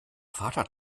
vater